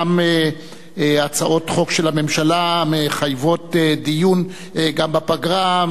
גם הצעות חוק של הממשלה המחייבות דיון גם בפגרה,